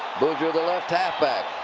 boozer, the left halfback,